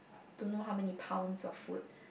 don't know how many pounds of word